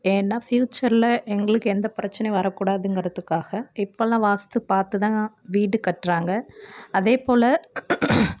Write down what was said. ஏன்னால் ஃப்யூச்சரில் எங்களுக்கு எந்த பிரச்சினையும் வரக்கூடாதுங்கிறதுக்காக இப்போல்லாம் வாஸ்த்து பார்த்து தான் வீடு கட்டுறாங்க அதே போல்